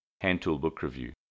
handtoolbookreview